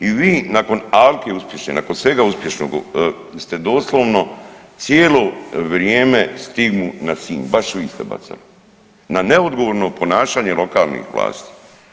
I vi nakon Alke uspješne, nakon svega uspješnog ste doslovno cijelo vrijeme stigmu na Sinj, baš vi ste bacali na neodgovorno ponašanje lokalnih vlasti.